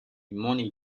money